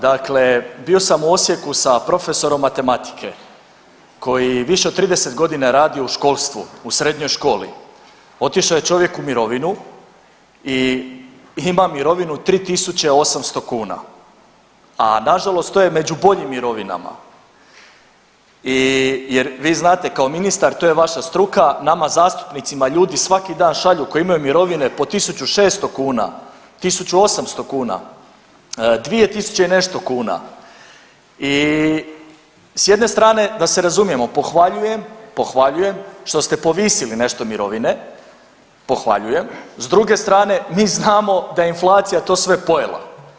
Dakle, bio sam u Osijeku sa profesorom matematike koji više od 30.g. radi u školstvu, u srednjoj školi, otišao je čovjek u mirovinu i ima mirovinu 3.800 kuna, na nažalost to je među boljim mirovinama i, jer vi znate kao ministar, to je vaša struka, nama zastupnicima ljudi svaki dan šalju koji imaju mirovine po 1.600 kuna, 1.800 kuna, 2.000 i nešto kuna i s jedne strane da se razumijemo pohvaljujem, pohvaljujem što ste povisili nešto mirovine, pohvaljujem, s druge strane mi znamo da je inflacija to sve pojela.